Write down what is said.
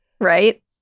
right